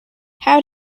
how